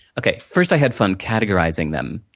okay, first, i had fun categorizing them.